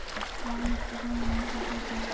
लाल मिट्टी का निर्माण कैसे होता है?